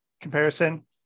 comparison